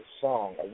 song